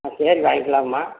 ஆ சரி வாங்கிக்கலாங்கம்மா